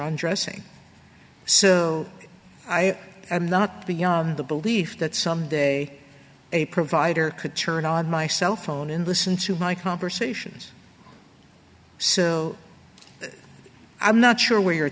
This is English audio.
own dressing so i am not beyond the belief that some day a provider could turn on my cell phone and listen to my conversations so i'm not sure where you